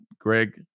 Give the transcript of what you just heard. Greg